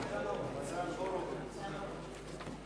ניצן הורוביץ.